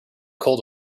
cold